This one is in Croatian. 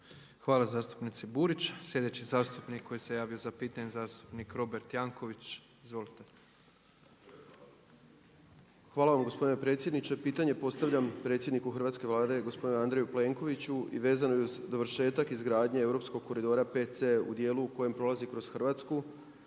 Hvala zastupnici Burić. Sljedeći zastupnik koji se javio za pitanje, zastupnik Robert Janković, izvolite. **Jankovics, Robert (Nezavisni)** Hvala vam gospodine predsjedniče. Pitanje postavljam predsjedniku hrvatske Vlade, gospodinu Andreju Plenkoviću i vezano je uz dovršetak izgradnje europskog koridora 5C u dijelu u kojem prolazi kroz Hrvatsku